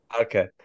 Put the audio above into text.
Okay